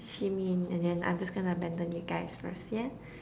Xue-Min and then I'm just gonna abandon you guys first yeah